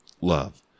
love